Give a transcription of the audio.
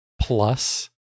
plus